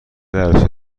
عروسی